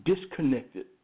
disconnected